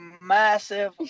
massive